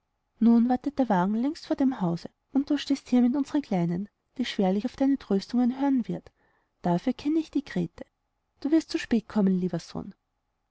nun wartet der wagen längst vor dem hause und du stehst hier bei unserer kleinen die schwerlich auf deine tröstungen hören wird dafür kenne ich die grete du wirst zu spät kommen lieber sohn